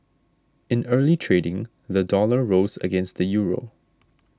in early trading the dollar rose against the Euro